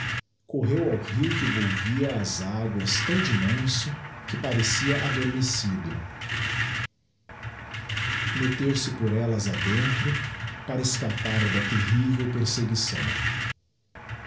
correu ao rio que volvia as aguas tão de manso que parecia adormecido metteu-se por ellas a dentro para escapar da terrível perseguição